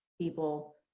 people